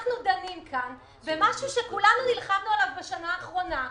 אנחנו דנים כאן במשהו שכולנו נלחמנו עליו בשנה האחרונה.